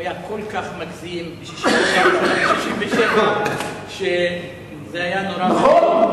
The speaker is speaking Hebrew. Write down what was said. הוא היה כל כך מגזים, 67', שזה היה נורא ואיום.